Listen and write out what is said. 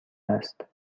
است